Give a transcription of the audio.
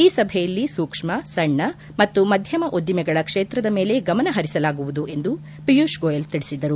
ಈ ಸಭೆಯಲ್ಲಿ ಸೂಕ್ಷ್ನ ಸಣ್ಣ ಮತ್ತು ಮಧ್ಣಮ ಉದ್ದಿಮೆಗಳ ಕ್ಷೇತ್ರದ ಮೇಲೆ ಗಮನ ಹರಿಸಲಾಗುವುದು ಎಂದು ಪಿಯೂಷ್ ಗೋಯಲ್ ತಿಳಿಸಿದರು